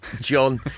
john